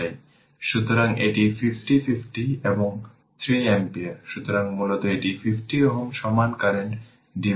তো আসুন দেখি এই ক্ষেত্রে আমি যা নিয়েছি এবং আগের সার্কিটে মূল সার্কিটটি দেওয়া হয়েছিল যে এটি আমার i এবং এটি আসলে i y দেওয়া হয়েছিল